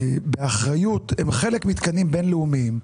ומשחקים באחריות הם חלק מתקנים בין לאומיים,